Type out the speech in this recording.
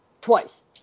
twice